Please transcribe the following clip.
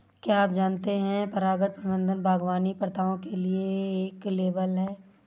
क्या आप जानते है परागण प्रबंधन बागवानी प्रथाओं के लिए एक लेबल है?